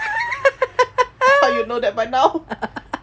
but you know that by now